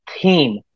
team